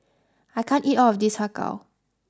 I can't eat all of this Har Gow